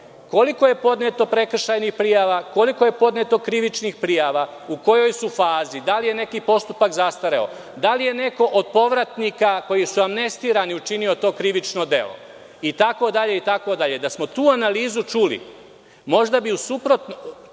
koliko je podneto prekršajnih prijava, koliko je podneto krivičnih prijava, u kojoj su fazi, da li je neki postupak zastareo, da li je neko od povratnika koji su amnestirani učinio to krivično delo, itd, itd. Da smo tu analizu čuli, čak i nasuprot